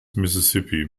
mississippi